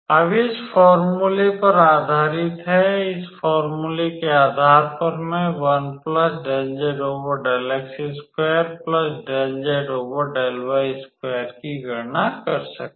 अब इस फोर्मूले पर आधारित है इस फोर्मूले के आधार पर मैं की गणना कर सकता हूं